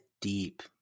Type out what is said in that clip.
deep